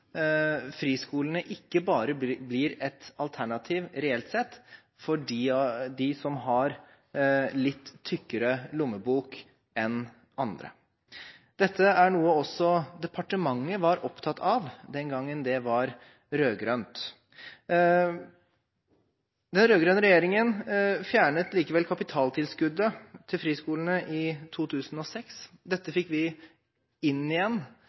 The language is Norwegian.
friskolene reelt sett ikke bare blir et alternativ for dem som har litt tykkere lommebok enn andre. Dette er noe også departementet var opptatt av den gangen det var rød-grønt styre. Den rød-grønne regjeringen fjernet likevel kapitaltilskuddet til friskolene i 2006. Dette fikk vi inn igjen